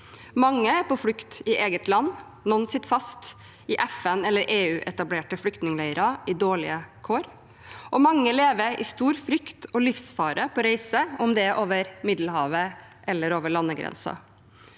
Mange er på flukt i sitt eget land, noen sitter fast i FN- eller EU-etablerte flyktningleirer i dårlige kår, og mange lever i stor frykt og livsfare på reise, enten det er over Middelhavet eller over landegrenser.